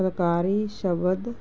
ਫੁਲਕਾਰੀ ਸ਼ਬਦ